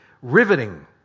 riveting